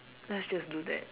let's just do that